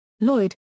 Lloyd